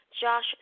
Josh